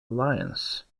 lions